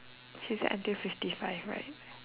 she said until fifty five right